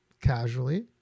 casually